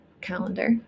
calendar